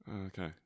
Okay